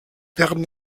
werden